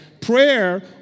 Prayer